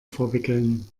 verwickeln